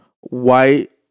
white